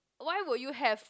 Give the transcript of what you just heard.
why would you have